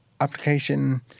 application